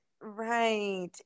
Right